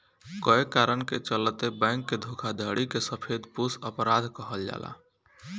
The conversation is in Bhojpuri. कए कारण के चलते बैंक के धोखाधड़ी के सफेदपोश अपराध कहल जाला